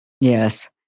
Yes